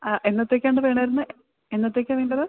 ആ എന്നത്തേക്കാണ് വേണമായിരുന്നത് എന്നത്തേക്കാണ് വേണ്ടത്